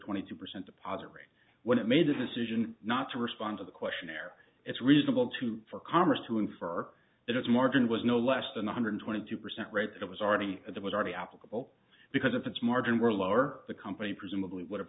twenty two percent depository when it made the decision not to respond to the questionnaire it's reasonable to for congress to infer that its margin was no less than one hundred twenty two percent rate that was already there was already applicable because if its margins were lower the company presumably would have